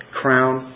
crown